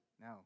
no